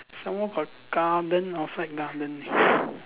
some more got garden outside garden ah